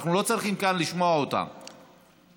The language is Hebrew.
אנחנו לא צריכים לשמוע אותם כאן.